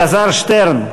אלעזר שטרן?